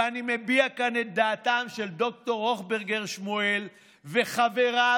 ואני מביע כאן את דעתם של ד"ר הוכברגר שמואל וחבריו,